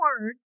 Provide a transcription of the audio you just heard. word